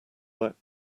that